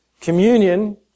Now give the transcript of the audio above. Communion